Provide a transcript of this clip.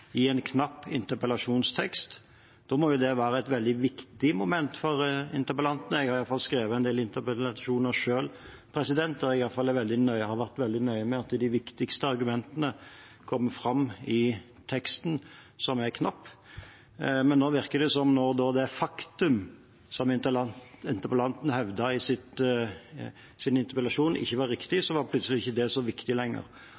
i en knapp interpellasjonstekst. Da må jo det være et veldig viktig moment for interpellanten. Jeg har i hvert fall skrevet en del interpellasjoner selv, og jeg har vært veldig nøye med at de viktigste argumentene kommer fram i teksten, som er knapp. Men nå virker det som om at når det faktum interpellanten hevdet i sin interpellasjon, ikke var riktig, var det plutselig ikke så viktig lenger.